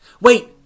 Wait